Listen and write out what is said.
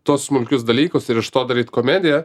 tuos smulkius dalykus ir iš to daryti komedija